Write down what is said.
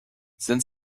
sind